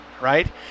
right